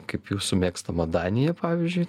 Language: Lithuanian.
kaip jūsų mėgstama danija pavyzdžiui